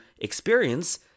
experience